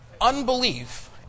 unbelief